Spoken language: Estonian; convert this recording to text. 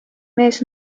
mees